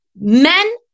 Men